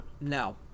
no